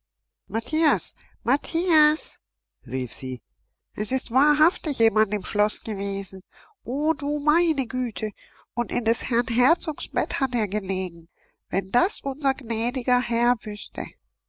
matthias matthias rief sie es ist wahrhaftig jemand im schloß gewesen o du meine güte und in des herrn herzogs bett hat er gelegen wenn das unser gnädiger herr wüßte